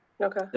Okay